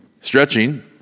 stretching